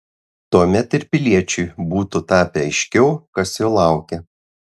tuomet ir piliečiui būtų tapę aiškiau kas jo laukia